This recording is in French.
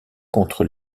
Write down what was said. contre